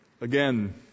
Again